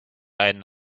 einen